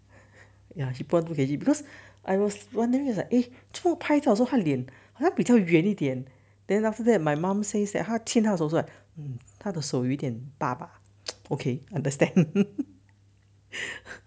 ya she put on two K_G because I was wondering eh 怎么拍照她的脸比较圆一点 then after that my mum says that 她的手有一点 baba okay understand